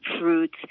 fruits